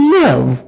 live